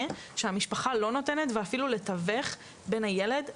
שהמשפחה לא נותנת ואפילו לתווך בין הילד למשפחה.